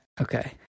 okay